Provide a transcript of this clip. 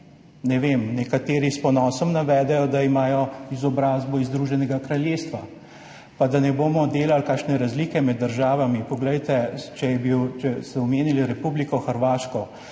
Ne vem. Nekateri s ponosom navedejo, da imajo izobrazbo iz Združenega kraljestva. Pa da ne bomo delali kakšne razlike med državami, poglejte, če ste omenili Republiko Hrvaško